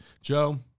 Joe